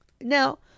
Now